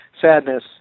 sadness